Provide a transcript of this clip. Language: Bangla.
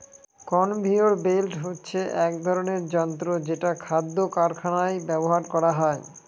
কনভেয়র বেল্ট হচ্ছে এক ধরনের যন্ত্র যেটা খাদ্য কারখানায় ব্যবহার করা হয়